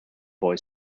boy